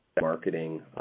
marketing